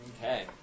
Okay